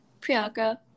Priyanka